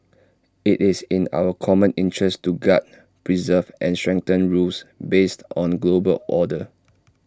IT is in our common interest to guard preserve and strengthen rules based on global order